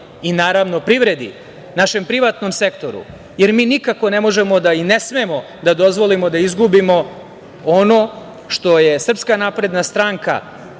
naravno i privredi, našem privatnom sektoru, jer mi nikako ne možemo, i ne smemo, da dozvolimo da izgubimo ono što je SNS i što je Vlada